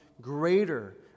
greater